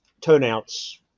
turnouts